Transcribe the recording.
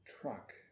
truck